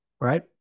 right